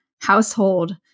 Household